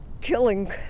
killing